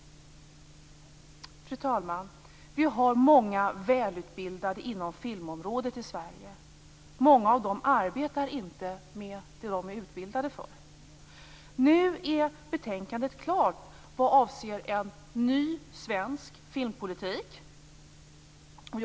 Fru talman! Vi har många välutbildade inom filmområdet i Sverige. Många av dem arbetar inte med det de är utbildade för. Nu är betänkandet när det gäller en ny svensk filmpolitik klart.